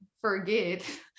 forget